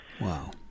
Wow